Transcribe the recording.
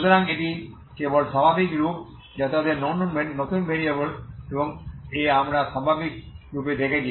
সুতরাং এটি কেবল স্বাভাবিক রূপ যা তাদের নতুন ভেরিয়েবল এবং এ আমরা স্বাভাবিক রূপে রেখেছি